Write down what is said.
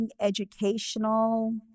educational